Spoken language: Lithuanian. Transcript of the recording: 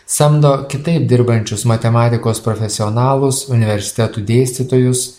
samdo kitaip dirbančius matematikos profesionalus universitetų dėstytojus